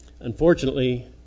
Unfortunately